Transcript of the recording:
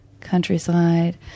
countryside